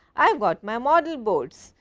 i have got my model boats.